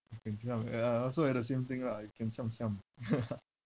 if can siam ya also had the same thing lah if can siam siam